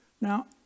Now